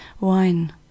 Wine